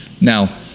Now